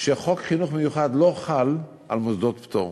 שחוק חינוך מיוחד לא חל על מוסדות פטור.